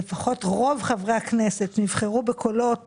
הרי רוב חברי הכנסת נבחרו בקולות